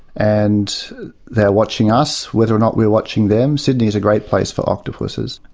and they're watching us, whether or not we're watching them sydney is a great place for octopuses,